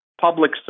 public